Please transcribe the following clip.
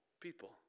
people